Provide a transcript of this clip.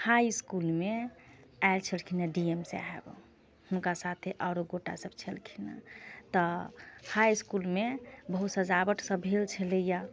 high इसकुलमे आएल छेलखिन हेँ डी एम साहेब हुनका साथे आरो गोटा सभ छेलखिन हेँ तऽ हाइ इसकुलमे बहुत सजावट सभ भेल छेलैया